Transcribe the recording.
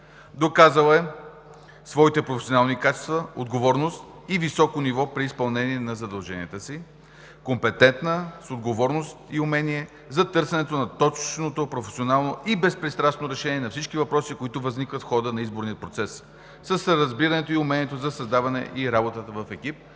Доказала е своите професионални качества, отговорност и високо ниво при изпълнение на задълженията си. Компетентна, с отговорност и умение за търсенето на точното професионално и безпристрастно решение на всички въпроси, които възникват в хода на изборния процес. С разбирането и умението за създаване и работата в екип